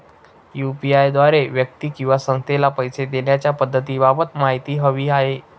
UPI द्वारे व्यक्ती किंवा संस्थेला पैसे देण्याच्या पद्धतींबाबत माहिती हवी आहे